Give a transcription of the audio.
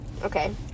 okay